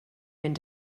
mynd